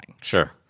Sure